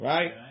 Right